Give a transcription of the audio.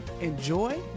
enjoy